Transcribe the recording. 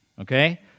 Okay